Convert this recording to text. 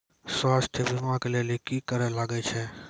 स्वास्थ्य बीमा के लेली की करे लागे छै?